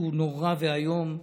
שהוא נורא ואיום.